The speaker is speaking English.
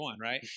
right